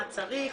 מה צריך,